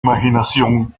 imaginación